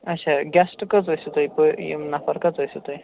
آچھا گیٚسٹہٕ کٔژ ٲسِو تُہۍ پٔر یِم نَفَر کٔژ ٲسِو تُہۍ